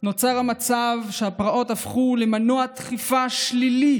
נוצר מצב שהפרעות הפכו למנוע דחיפה שלילי